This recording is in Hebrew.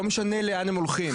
לא משנה לאן הם הולכים.